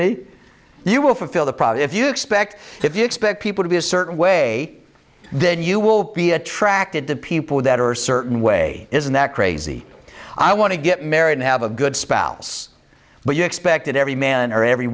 me you will fulfill the promise if you expect if you expect people to be a certain way then you will be attracted to people that are certain way isn't that crazy i want to get married and have a good spouse but you expected every man or every